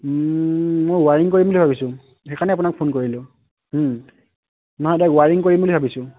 মই ৱাইাৰিং কৰিম বুলি ভাবিছোঁ সেইকাৰণে আপোনাক ফোন কৰিলোঁ নহয় তাক ৱাৰিং কৰিম বুলি ভাবিছোঁ